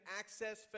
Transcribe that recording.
access